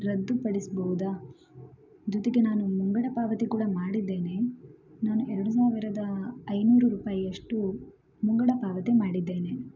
ರದ್ದುಪಡಿಸ್ಬೌದಾ ಜೊತೆಗೆ ನಾನು ಮುಂಗಡ ಪಾವತಿ ಕೂಡ ಮಾಡಿದ್ದೇನೆ ನಾನು ಎರಡು ಸಾವಿರದ ಐನೂರು ರೂಪಾಯಿಯಷ್ಟು ಮುಂಗಡ ಪಾವತಿ ಮಾಡಿದ್ದೇನೆ